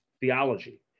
theology